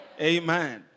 amen